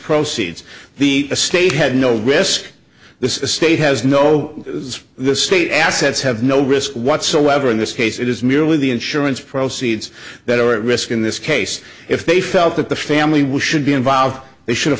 proceeds the state had no risk this estate has no it's the state assets have no risk whatsoever in this case it is merely the insurance proceeds that are at risk in this case if they felt that the family was should be involved they should